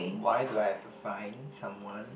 why do I have to find someone